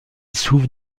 souffre